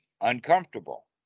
uncomfortable